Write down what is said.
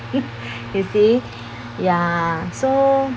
you see ya so